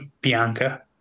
Bianca